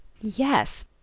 Yes